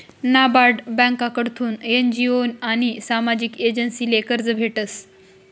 नाबार्ड ब्यांककडथून एन.जी.ओ आनी सामाजिक एजन्सीसले कर्ज भेटस